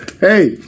hey